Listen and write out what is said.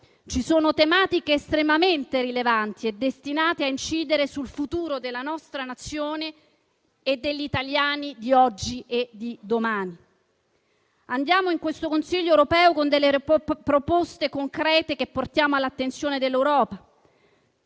ci sono tematiche estremamente rilevanti e destinate a incidere sul futuro della nostra Nazione e degli italiani di oggi e di domani. Andiamo in questo Consiglio europeo con delle proposte concrete che portiamo all'attenzione dell'Europa: